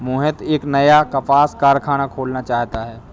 मोहित एक नया कपास कारख़ाना खोलना चाहता है